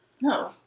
No